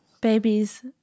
babies